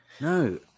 No